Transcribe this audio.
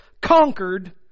conquered